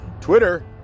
Twitter